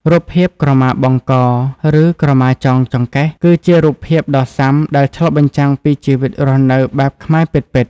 រូបភាពក្រមាបង់ក ឬក្រមាចងចង្កេះ គឺជារូបភាពដ៏ស៊ាំដែលឆ្លុះបញ្ចាំងពីជីវិតរស់នៅបែបខ្មែរពិតៗ។